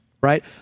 right